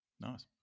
Nice